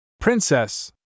Princess